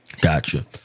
Gotcha